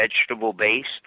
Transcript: vegetable-based